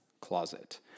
closet